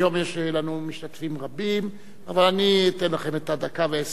כל הרוצים להשתתף בנאומים בני דקה, יצביעו.